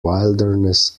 wilderness